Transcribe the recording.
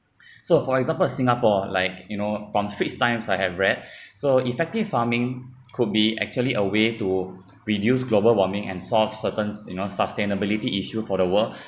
so for example singapore like you know from straits times I have read so effective farming could be actually a way to reduce global warming and solve certain you know sustainability issue for the world